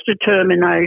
determination